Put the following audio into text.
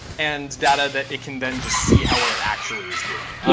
and data that it can then just see how well it actually is doing.